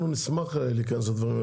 אנחנו נשמח להיכנס לדברים האלה,